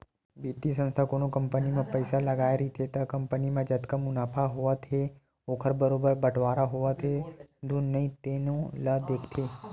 बित्तीय संस्था कोनो कंपनी म पइसा लगाए रहिथे त कंपनी म जतका मुनाफा होवत हे ओखर बरोबर बटवारा होवत हे धुन नइ तेनो ल देखथे